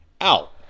out